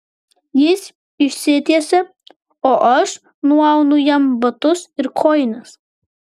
jis išsitiesia o aš nuaunu jam batus ir kojines